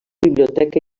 biblioteca